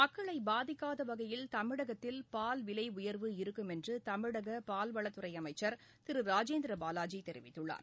மக்களைபாதிக்காதவகையில் தமிழகத்தில் பால் விலையர்வு இருக்கும் என்றுதமிழகபால்வளத்துறைஅமைச்சர் திருராஜேந்திரபாலாஜிதெரிவித்துள்ளார்